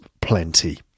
plenty